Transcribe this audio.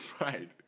Right